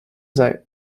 sei